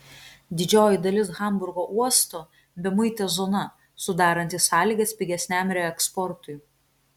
didžioji dalis hamburgo uosto bemuitė zona sudaranti sąlygas pigesniam reeksportui